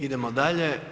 Idemo dalje.